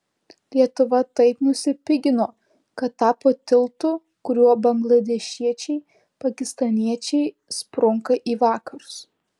lietuva taip nusipigino kad tapo tiltu kuriuo bangladešiečiai pakistaniečiai sprunka į vakarus